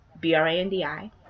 B-R-A-N-D-I